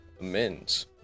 amends